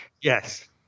Yes